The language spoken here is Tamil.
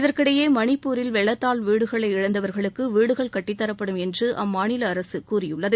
இதற்கிடையே மணிப்பூரில் வெள்ளத்தால் வீடுகளை இழந்தவர்களுக்கு வீடுகள் கட்டித்தரப்படும் என்று அம்மாநில அரசு கூறியுள்ளது